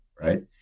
right